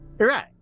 Right